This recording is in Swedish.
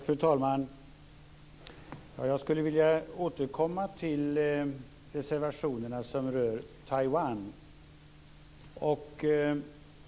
Fru talman! Jag skulle vilja återkomma till de reservationer som rör Taiwan.